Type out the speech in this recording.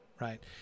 right